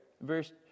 verse